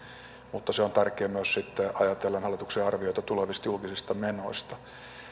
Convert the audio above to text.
mutta se on tärkeä myös ajatellen hallituksen arvioita tulevista julkisista menoista